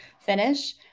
finish